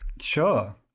Sure